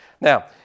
Now